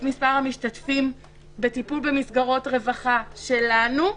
מספר המשתתפים בטיפול במסגרות רווחה שלנו,